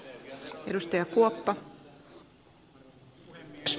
arvoisa puhemies